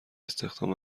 استخدام